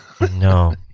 No